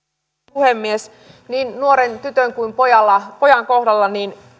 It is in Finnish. puhemies niin nuoren tytön kuin pojankin kohdalla